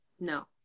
no